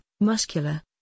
muscular